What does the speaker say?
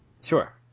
Sure